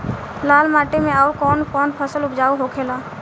लाल माटी मे आउर कौन कौन फसल उपजाऊ होखे ला?